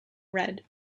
red